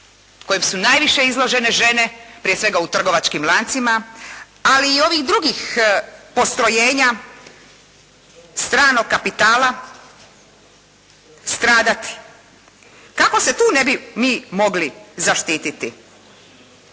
kojem su najviše izložene žene, prije svega u trgovačkim lancima, ali i ovih drugih postrojenja stranog kapitala stradati kako se tu ne bi mi mogli zaštiti.